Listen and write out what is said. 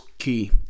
Key